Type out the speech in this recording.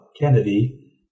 Kennedy